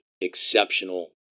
exceptional